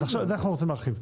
את זה אנחנו רוצים להרחיב.